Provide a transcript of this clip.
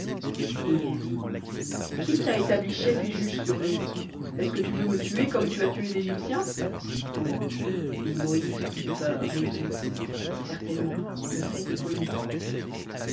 et il dit qui t'a établi chef et juge sur nous est-ce que tu veux me tuer comme tu as tué l'égyptien et moïse eut peur et dit certainement le fait est connu